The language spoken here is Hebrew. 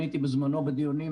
בזמנו הייתי בדיונים,